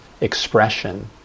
expression